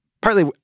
partly